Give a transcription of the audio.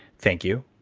thank you.